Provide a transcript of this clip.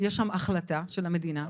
יש שם החלטה של המדינה -- אמרתי,